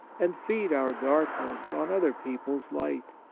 and feed our darkness on other people's light?